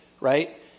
right